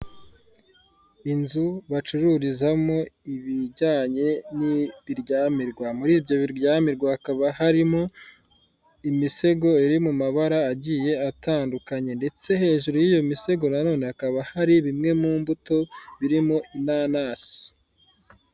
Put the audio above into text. Inzu bacururizamo ibijyanye n'ibiryamirwa, muri ibyo biryamirwa hakaba harimo imisego iri mu mabara agiye atandukanye ndetse hejuru y'iyo misego nonene hakaba hari bimwe mu mbuto birimo inanasi.